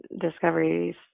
discoveries